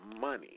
money